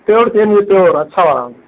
pure चाहिए मुझे pure अच्छा वाला